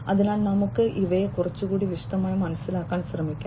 അതിനാൽ നമുക്ക് ഇവയെ കുറച്ചുകൂടി വിശദമായി മനസ്സിലാക്കാൻ ശ്രമിക്കാം